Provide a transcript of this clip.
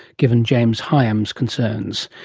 given james higham's concerns?